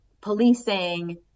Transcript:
policing